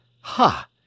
Ha